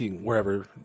wherever